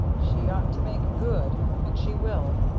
she ought to make good, and she will.